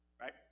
right